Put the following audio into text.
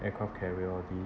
aircraft carrier all the~